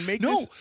No